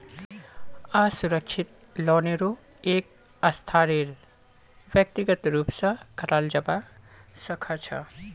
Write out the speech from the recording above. असुरक्षित लोनेरो एक स्तरेर व्यक्तिगत रूप स कराल जबा सखा छ